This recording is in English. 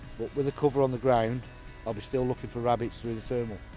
but with the cover on the ground i'll be still looking for rabbits through the thermal.